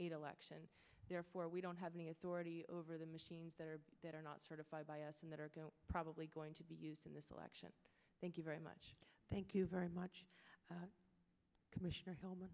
eight election therefore we don't have any authority over the machines that are not certified by us and that are probably going to be used in this election thank you very much thank you very much commissioner helmet